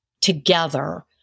together